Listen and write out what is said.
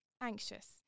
Anxious